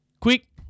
Quick